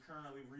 currently